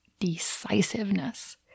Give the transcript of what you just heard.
decisiveness